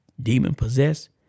demon-possessed